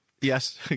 Yes